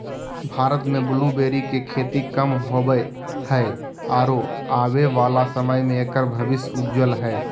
भारत में ब्लूबेरी के खेती कम होवअ हई आरो आबे वाला समय में एकर भविष्य उज्ज्वल हई